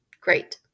Great